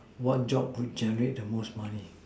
what job would generate the most money